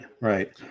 right